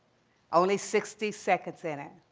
only sixty seconds in it,